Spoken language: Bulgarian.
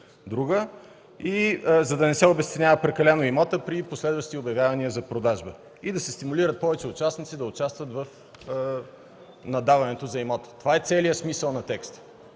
оценка и, за да не се обезценява прекалено имотът при следващи обявявания за продажба, като се стимулират повече участници в наддаването за имота. В това е целият смисъл на текста.